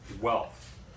wealth